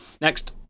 Next